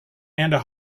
and